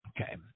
Okay